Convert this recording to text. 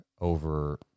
over